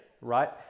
right